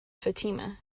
fatima